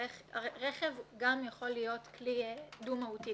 רכב גם יכול להיות כלי דו-מהותי,